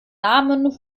namen